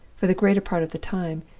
for the greater part of the time,